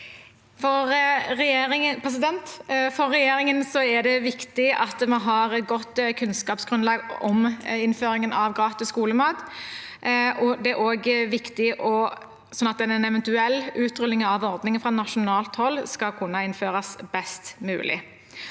For regjer- ingen er det viktig at vi har godt kunnskapsgrunnlag om innføringen av gratis skolemat, også for at en eventuell utrulling av ordningen fra nasjonalt hold skal kunne innføres best mulig.